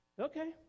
okay